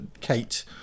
Kate